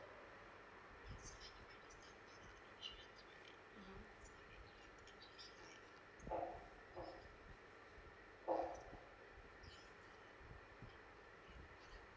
mmhmm